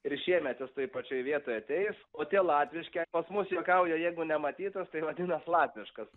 ir šiemet jis toj pačioj vietoj ateis o tie latviški pas mus juokauja jeigu nematytas tai vadinas latviškas